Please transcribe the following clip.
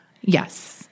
Yes